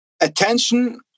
Attention